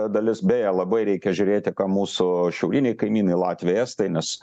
dalis beje labai reikia žiūrėti ką mūsų šiauriniai kaimynai latviai estai nes